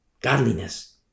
Godliness